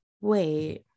Wait